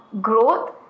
growth